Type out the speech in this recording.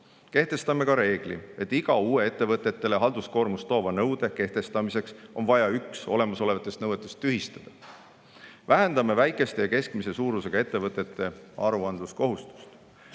Kehtestame ka reegli, et iga ettevõtetele halduskoormust lisava uue nõude kehtestamiseks on vaja üks olemasolevatest nõuetest tühistada. Vähendame väikeste ja keskmise suurusega ettevõtete aruandluskohustust.